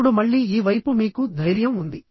ఇప్పుడు మళ్ళీ ఈ వైపు మీకు ధైర్యం ఉంది